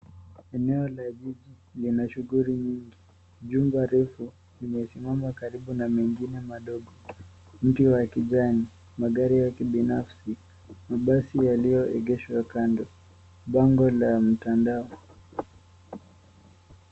Eneo la jiji lina shughuli nyingi. Jumba refu limesimama karibu na mengine madogo. Mti wa kijani, magari ya kibinafsi, mabasi yaliyoegeshwa kando, bango la mtandao.